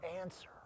answer